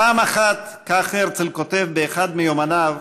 פעם אחת, כך הרצל כותב באחד מיומניו,